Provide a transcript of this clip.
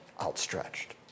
outstretched